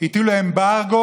הטילו אמברגו,